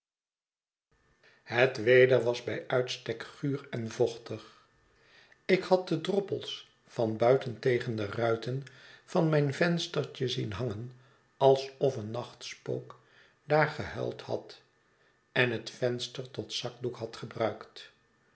het weder was bij uitstek guur en vochtig ik had de droppels van buiten tegen de ruiten van mijn venstertje zien hangen alsof een nachtspook daar gehuild had en het venster tot zakdoek had gebruikt